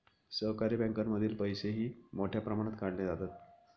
सहकारी बँकांमधील पैसेही मोठ्या प्रमाणात काढले जातात